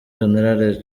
general